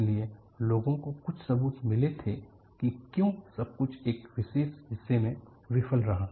इसलिए लोगों को कुछ सबूत मिले थे कि क्यों सब कुछ एक विशेष हिस्से में विफल रहा